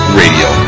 radio